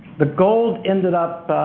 the gold ended up,